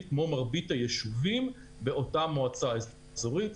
כמו מרבית היישובים באותה מועצה אזורית.